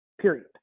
Period